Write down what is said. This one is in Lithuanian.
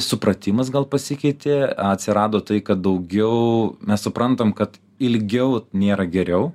supratimas gal pasikeitė atsirado tai kad daugiau mes suprantam kad ilgiau nėra geriau